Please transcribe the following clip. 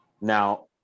Now